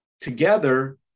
together